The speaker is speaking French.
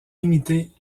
limitées